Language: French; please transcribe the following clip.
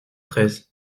treize